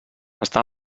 està